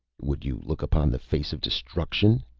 would you look upon the face of destruction?